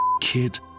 kid